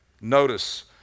notice